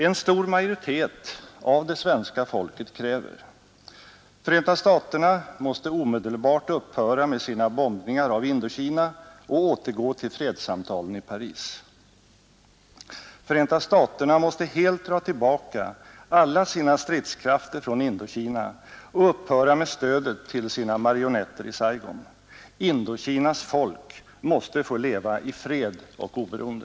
En stor majoritet av svenska folket kräver: Förenta staterna måste omedelbart upphöra med sina bombningar av Indokina och återgå till fredssamtalen i Paris. Förenta staterna måste helt dra tillbaka alla sina stridskrafter från Indokina och upphöra med stödet till sina marionetter i Saigon. Indokinas folk måste få leva i fred och oberoende!